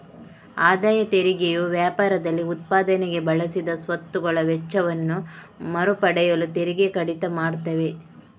ಆದಾಯ ತೆರಿಗೆಯು ವ್ಯಾಪಾರದಲ್ಲಿ ಉತ್ಪಾದನೆಗೆ ಬಳಸಿದ ಸ್ವತ್ತುಗಳ ವೆಚ್ಚವನ್ನ ಮರು ಪಡೆಯಲು ತೆರಿಗೆ ಕಡಿತ ಮಾಡ್ತವೆ